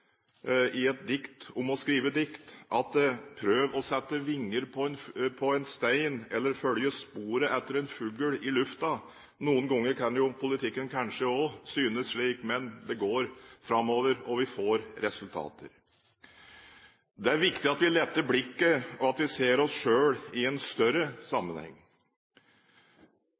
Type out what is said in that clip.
i et dikt om å skrive dikt: «Prøv bare, prøv å sette vinger på en stein, prøv å følge sporet etter en fugl i lufta.» Noen ganger kan politikken kanskje også synes slik, men det går framover, og vi får resultater. Det er viktig at vi letter blikket, og at vi ser oss selv i en større sammenheng.